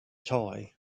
toy